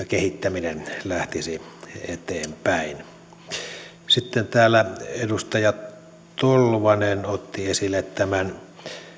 kehittäminen lähtisi eteenpäin sitten täällä edustaja tolvanen otti esille tämän